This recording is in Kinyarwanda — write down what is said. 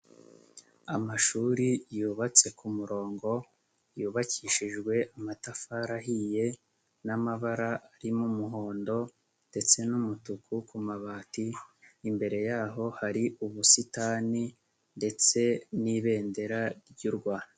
Amashuri yubatse ku murongo yubakishijwe amatafari ahiye n'amabara arimo umuhondo ndetse n'umutuku ku mabati, imbere yaho hari ubusitani ndetse n'ibendera ry'u Rwanda.